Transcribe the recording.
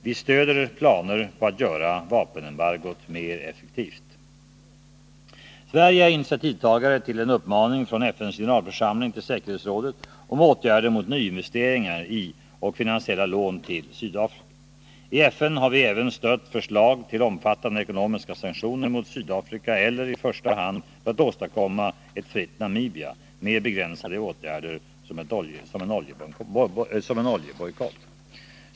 Vi stöder planer på att göra vapenembargot mer effektivt. Sverige är initiativtagare till en uppmaning från FN:s generalförsamling till säkerhetsrådet om åtgärder mot nyinvesteringar i och finansiella lån till Sydafrika. I FN ha: vi även stött förslag till omfattande ekonomiska sanktioner mot Sydafrika eller, i första hand för att åstadkomma ett fritt Namibia, mer begränsade åtgärder, som en oljebojkott.